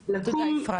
תודה אפרת,